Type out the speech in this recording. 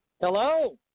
Hello